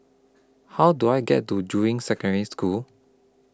How Do I get to Juying Secondary School